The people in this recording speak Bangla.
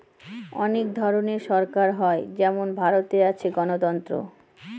অনেক ধরনের সরকার হয় যেমন ভারতে আছে গণতন্ত্র